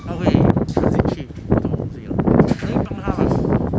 她会好想去不懂追么 no need 咚她 lah